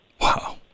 Wow